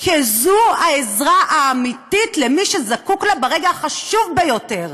כי זו העזרה האמיתית למי שזקוק לה ברגע החשוב ביותר.